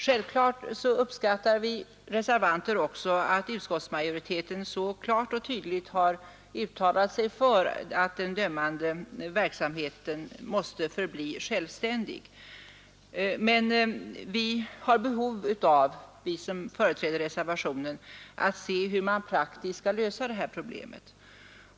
Självfallet uppskattar vi reservanter också att utskottsmajoriteten så klart och tydligt har uttalat sig för att den dömande verksamheten skall förbli självständig. Men vi som företräder reservationen har behov av att se hur man praktiskt skall lösa det här problemet.